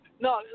No